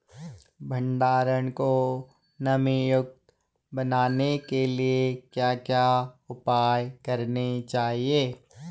भंडारण को नमी युक्त बनाने के लिए क्या क्या उपाय करने चाहिए?